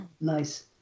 Nice